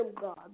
God